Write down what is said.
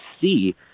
see